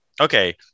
Okay